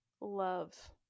love